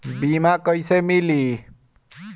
बीमा कैसे मिली?